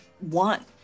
want